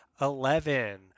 Eleven